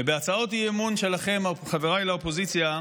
ובהצעות אי-אמון שלכם, חבריי לאופוזיציה,